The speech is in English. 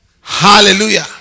Hallelujah